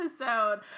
episode